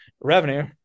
revenue